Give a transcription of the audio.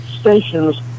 stations